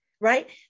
right